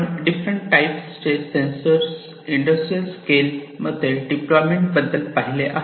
आपण different type चे sensor industrial scale मध्ये डिप्लॉयमेंट बद्दल पहिले आहे